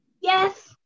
Yes